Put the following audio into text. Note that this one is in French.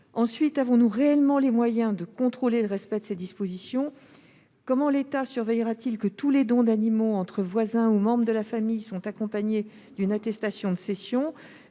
ailleurs, avons-nous réellement les moyens de contrôler le respect de ces dispositions ? Comment l'État surveillera-t-il que tous les dons d'animaux entre voisins ou membres de la famille sont accompagnés d'une attestation de cession ?